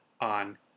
on